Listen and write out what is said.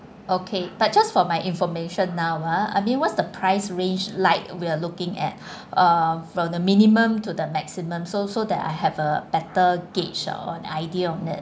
okay but just for my information now ah I mean what's the price range like we're looking at uh from the minimum to the maximum so so that I have a better gauge or idea on it